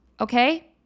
Okay